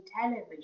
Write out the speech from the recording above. television